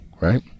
right